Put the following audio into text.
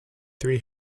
three